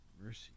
Mercy